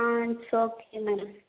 ah it's okay madam